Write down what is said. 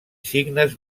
signes